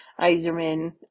Iserman